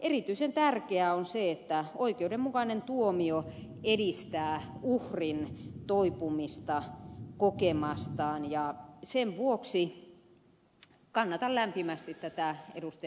erityisen tärkeää on se että oikeudenmukainen tuomio edistää uhrin toipumista kokemastaan ja sen vuoksi kannatan lämpimästi tätä ed